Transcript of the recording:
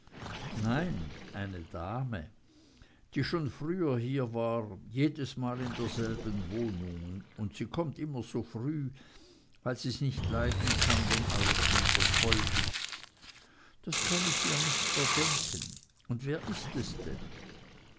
nein eine dame die schon früher hier war jedesmal in derselben wohnung und sie kommt immer so früh weil sie's nicht leiden kann wenn alles schon so voll ist das kann ich ihr nicht verdenken und wer ist es denn